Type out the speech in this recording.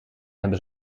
hebben